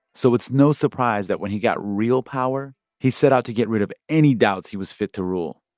so it's no surprise that when he got real power, he set out to get rid of any doubts he was fit to rule.